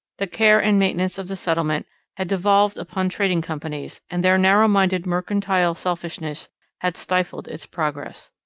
the care and maintenance of the settlement had devolved upon trading companies, and their narrow-minded mercantile selfishness had stifled its progress.